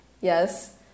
yes